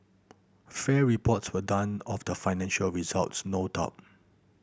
fair reports were done of the financial results no doubt